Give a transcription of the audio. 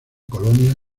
colonia